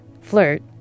Flirt